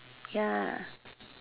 ya